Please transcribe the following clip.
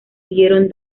siguieron